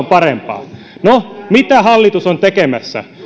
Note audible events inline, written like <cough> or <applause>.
<unintelligible> parempaa no mitä hallitus on tekemässä